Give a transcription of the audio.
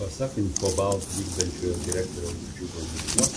pasak infobalt vykdančiojo direktoriaus džiugo juknio